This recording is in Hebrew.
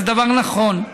זה דבר נכון.